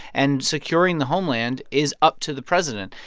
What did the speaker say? and securing the homeland is up to the president.